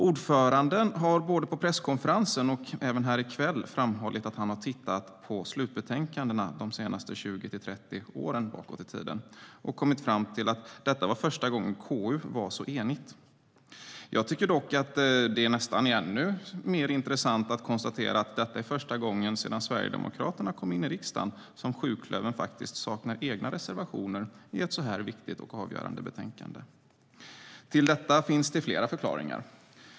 Ordföranden har både på presskonferensen och även här i kväll framhållit att han har tittat på slutbetänkandena de senaste 20-30 åren bakåt i tiden och kommit fram till att detta var första gången KU var så enigt. Jag tycker dock att det nästan är av ännu större intresse att detta är första gången sedan SD kom i riksdagen som sjuklövern faktiskt saknar egna reservationer i ett så viktigt och avgörande betänkande. Till detta finns det flera förklaringar.